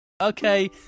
Okay